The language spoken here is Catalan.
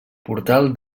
portal